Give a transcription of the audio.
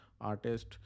artist